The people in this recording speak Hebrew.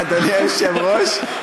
אדוני היושב-ראש,